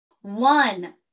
one